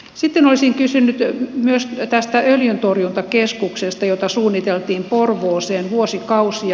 sitten olisin kysynyt myös tästä öljyntorjuntakeskuksesta jota suunniteltiin porvooseen vuosikausia